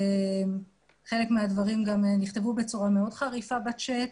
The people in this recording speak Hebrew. חלק מהדברים גם נכתבו בצורה מאוד חריפה בצ'ט,